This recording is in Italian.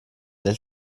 del